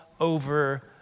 over